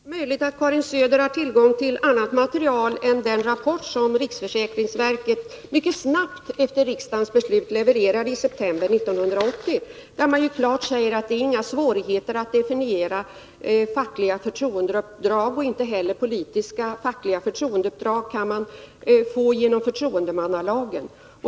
Herr talman! Det är möjligt att Karin Söder har tillgång till annat material än den rapport som riksförsäkringsverket, mycket snabbt efter riksdagens beslut, levererade i september 1980. Där säger man ju klart att det inte är några svårigheter att definiera fackliga eller politiska förtroendeuppdrag. Fackliga förtroendeuppdrag kan man få genom förtroendemannalagen.